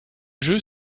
jeu